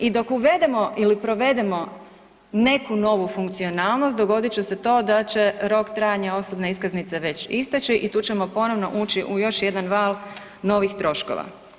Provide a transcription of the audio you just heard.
I dok uvedemo ili provedemo neku novu funkcionalnost dogodit će se to da će rok trajanja osobne iskaznice već isteći i tu ćemo ponovno ući u još jedan val novih troškova.